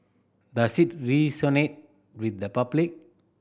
does it resonate with the public